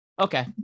Okay